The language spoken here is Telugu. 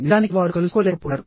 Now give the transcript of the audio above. నిజానికి వారు కలుసుకోలేకపోయారు